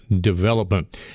development